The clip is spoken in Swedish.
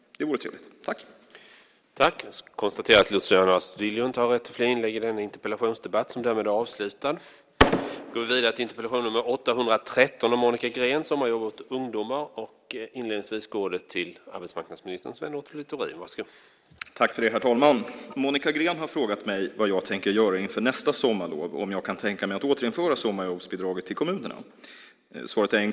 Det vore trevligt.